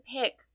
pick